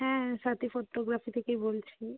হ্যাঁ স্বাতী ফটোগ্রাফি থেকেই বলছি